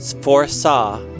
foresaw